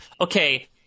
okay